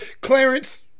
Clarence